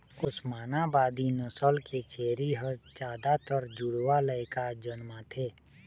ओस्मानाबादी नसल के छेरी ह जादातर जुड़वा लइका जनमाथे